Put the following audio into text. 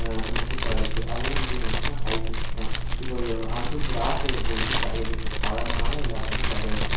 முருங்கைக்கா இருக்குது அதலாம் எப்படி வந்துச்சுனா ஹைபிரிட்ஸ் தான் இப்போது அது அடுத்து திராட்சை எடுத்துக்கங்க பழம்னாலே எல்லாத்துலேயுமே வெதை இருக்கும்